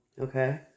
Okay